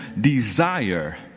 desire